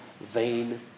vain